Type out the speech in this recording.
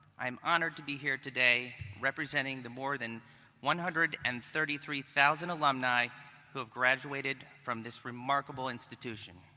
i am honored to be here today representing the more than one hundred and thirty three thousand alumni who have graduated from this remarkable institution.